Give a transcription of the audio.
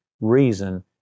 reason